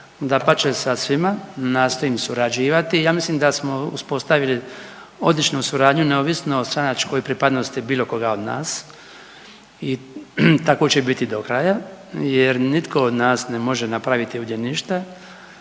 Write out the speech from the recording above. Dapače, sa svima nastojim surađivati i ja mislim da smo uspostavili odličnu suradnju neovisno o stranačkoj pripadnosti bilo koga od nas i tako će biti do kraja jer nitko od nas ne može ovdje napraviti ništa